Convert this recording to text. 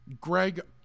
Greg